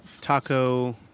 taco